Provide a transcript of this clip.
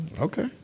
okay